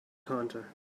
counter